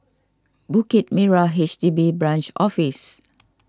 Bukit Merah H D B Branch Office